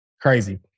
crazy